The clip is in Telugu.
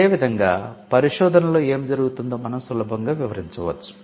ఇదే విధంగా పరిశోధనలో ఏమి జరుగుతుందో మనం సులభంగా వివరించవచ్చు